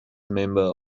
member